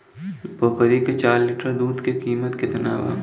बकरी के चार लीटर दुध के किमत केतना बा?